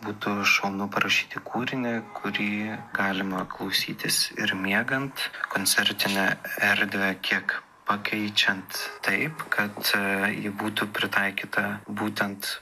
būtų šaunu parašyti kūrinį kurį galima klausytis ir miegant koncertinę erdvę kiek pakeičiant taip kad ji būtų pritaikyta būtent